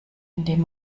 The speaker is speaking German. indem